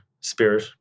spirit